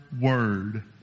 word